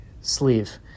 sleeve